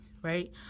Right